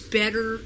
better